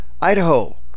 Idaho